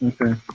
Okay